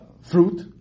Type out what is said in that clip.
fruit